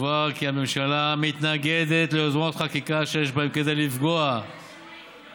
ויובהר כי הממשלה מתנגדת ליוזמות חקיקה שיש בהן כדי לפגוע באופייה,